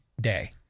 day